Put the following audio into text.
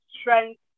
strength